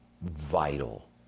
vital